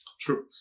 true